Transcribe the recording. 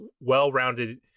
well-rounded